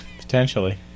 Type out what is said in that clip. potentially